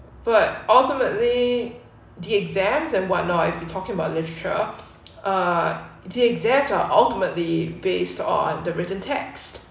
but ultimately the exams and whatnot if you talking about literature uh the exact are ultimately based on the written text